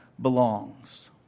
belongs